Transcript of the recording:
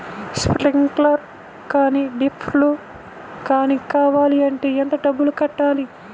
Sprinkler కానీ డ్రిప్లు కాని కావాలి అంటే ఎంత డబ్బులు కట్టాలి?